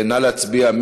נא להצביע.